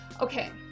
Okay